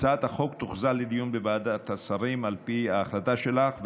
הצעת החוק תוחזר לדיון בוועדת השרים על פי ההחלטה שלך.